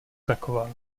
taková